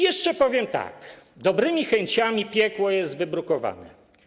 Jeszcze powiem tak: dobrymi chęciami piekło jest wybrukowane.